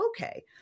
Okay